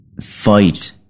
Fight